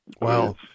Wow